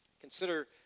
Consider